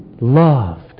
loved